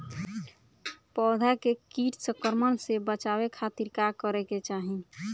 पौधा के कीट संक्रमण से बचावे खातिर का करे के चाहीं?